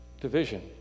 division